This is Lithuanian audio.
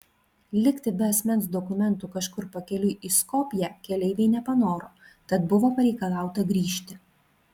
likti be asmens dokumentų kažkur pakeliui į skopję keleiviai nepanoro tad buvo pareikalauta grįžti